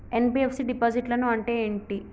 NBFC డిపాజిట్లను అంటే ఏంటి?